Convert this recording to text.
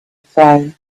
phone